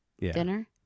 Dinner